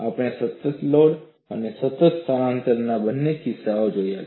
આપણે સતત લોડ અને સતત સ્થાનાંનતરણના બંને કિસ્સાઓ જોયા છે